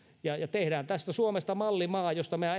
ja ja tehdään tästä suomesta mallimaa josta meidän